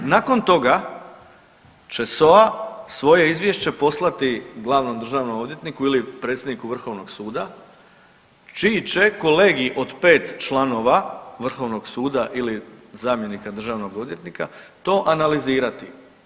Nakon toga će SOA svoje izvješće poslati glavnom državnom odvjetniku ili predsjedniku vrhovnog suda čiji će kolegij od 5 članova vrhovnog suda ili zamjenika državnog odvjetnika to analizirati.